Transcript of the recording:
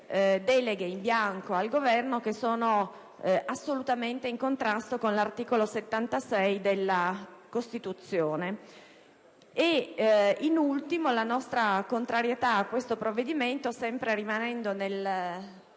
deleghe in bianco al Governo, che sono assolutamente in contrasto con l'articolo 76 della Costituzione. La nostra contrarietà a tale provvedimento, sempre rimanendo